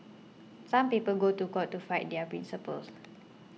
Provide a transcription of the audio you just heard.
some people go to court to fight their principles